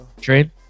Train